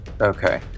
Okay